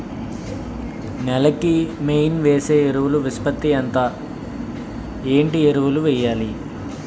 నేల కి మెయిన్ వేసే ఎరువులు నిష్పత్తి ఎంత? ఏంటి ఎరువుల వేయాలి?